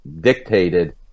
dictated